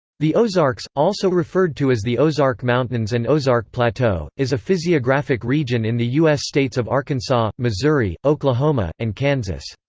the ozarks, also referred to as the ozark mountains and ozark plateau, is a physiographic region in the u s. states of arkansas, missouri, oklahoma, and kansas.